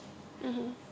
(uh huh)